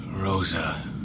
Rosa